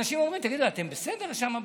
אנשים אומרים: תגידו, אתם בסדר שם בכנסת?